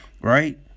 right